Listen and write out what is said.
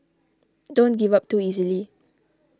don't give up too easily